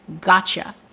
gotcha